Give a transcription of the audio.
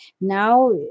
now